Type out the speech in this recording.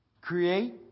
create